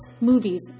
movies